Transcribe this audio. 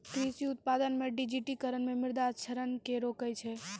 कृषि उत्पादन मे डिजिटिकरण मे मृदा क्षरण के रोकै छै